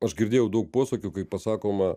aš girdėjau daug posakių kai pasakoma